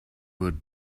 would